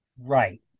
Right